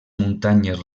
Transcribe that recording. muntanyes